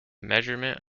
measurement